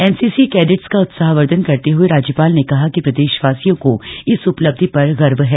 NCC cadets का उत्साहवर्द्धन करते हए राज्यपाल ने कहा कि प्रदेशवासियों को इस उपलब्धि पर गर्व है